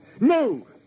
No